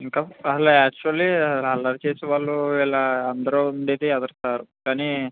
ఇంకా అసలు యాక్చువల్లీ అల్లరి చేసే వాళ్ళు ఇలా అందరూ ఉండేది ఎదర సార్ కానీ